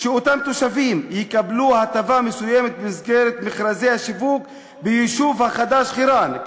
שאותם תושבים יקבלו הטבה מסוימת במסגרת מכרזי השיווק ביישוב החדש חירן,